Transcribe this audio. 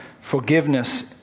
forgiveness